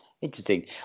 Interesting